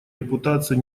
репутацию